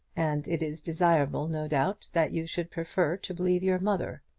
and it is desirable, no doubt, that you should prefer to believe your mother.